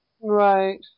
Right